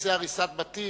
בנושא הריסת בתים,